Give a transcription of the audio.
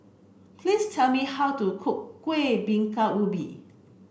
please tell me how to cook Kuih Bingka Ubi